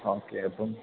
okay അപ്പോള്